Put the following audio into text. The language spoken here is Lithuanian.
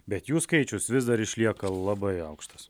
bet jų skaičius vis dar išlieka labai aukštas